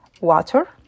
water